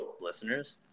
listeners